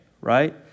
right